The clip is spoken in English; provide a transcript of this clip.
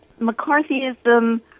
McCarthyism